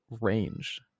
range